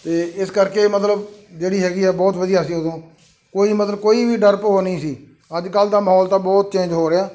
ਅਤੇ ਇਸ ਕਰਕੇ ਮਤਲਬ ਜਿਹੜੀ ਹੈਗੀ ਆ ਬਹੁਤ ਵਧੀਆ ਸੀ ਉਦੋਂ ਕੋਈ ਮਤਲਬ ਕੋਈ ਵੀ ਡਰ ਭੋ ਨਹੀਂ ਸੀ ਅੱਜ ਕੱਲ੍ਹ ਦਾ ਮਾਹੌਲ ਤਾਂ ਬਹੁਤ ਚੇਂਜ ਹੋ ਰਿਹਾ